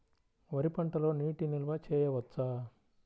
వరి పంటలో నీటి నిల్వ చేయవచ్చా?